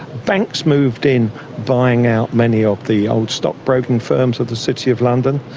banks moved in buying out many of the old stockbroking firms of the city of london.